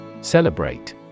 Celebrate